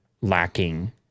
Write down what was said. lacking